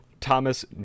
Thomas